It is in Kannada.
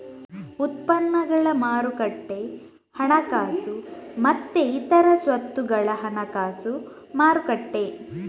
ಉತ್ಪನ್ನಗಳ ಮಾರುಕಟ್ಟೆ ಹಣಕಾಸು ಮತ್ತೆ ಇತರ ಸ್ವತ್ತುಗಳ ಹಣಕಾಸು ಮಾರುಕಟ್ಟೆ